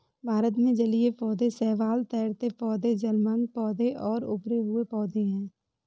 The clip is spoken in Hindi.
भारत में जलीय पौधे शैवाल, तैरते पौधे, जलमग्न पौधे और उभरे हुए पौधे हैं